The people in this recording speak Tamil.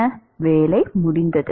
மாணவர் மன்னிக்கவும் வேலை முடிந்தது